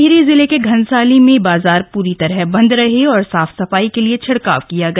टिहरी जिले के घनसाली में बाजार पूरी तरह बंद रहा और साफ सफाई के लिये छिड़काव किया गया